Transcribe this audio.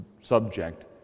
subject